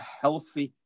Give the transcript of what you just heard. healthy